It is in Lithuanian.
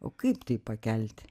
o kaip tai pakelti